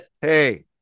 Hey